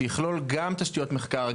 שיכלול גם תשתיות מחקר,